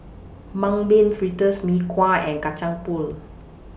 Mung Bean Fritters Mee Kuah and Kacang Pool